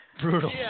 Brutal